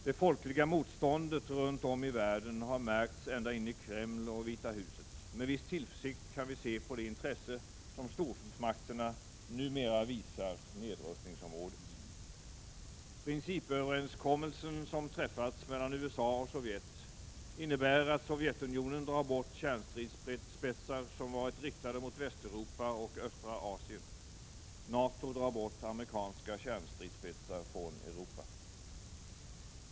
Det folkliga motståndet runt om i världen har märkts ända in i Kreml och Vita huset. Med viss tillförsikt kan vi se på det intresse som stormakterna numera visar för nedrustningsområdet. Principöverenskommelsen som träffats mellan USA och Sovjet innebär att Sovjetunionen drar bort kärnstridsspetsar, som varit riktade mot Västeuropa och östra Asien. NATO drar bort amerikanska kärnstridsspetsar från Europa.